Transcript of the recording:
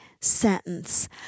sentence